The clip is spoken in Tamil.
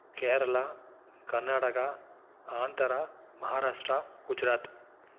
கேரளா கர்நாடகா ஆந்திரா மகாராஷ்ட்ரா குஜராத்